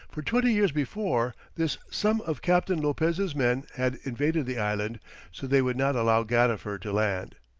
for twenty years before this some of captain lopez' men had invaded the island so they would not allow gadifer to land.